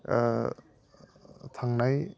थांनाय